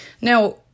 now